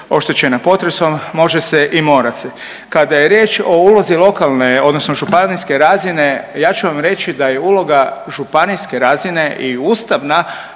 oštećena potresom može se i mora se. Kada je riječ o ulozi lokalne, odnosno županijske razine ja ću vam reći da je uloga županijske razine i ustavna